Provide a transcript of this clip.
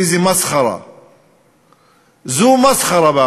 איזה מסחרה.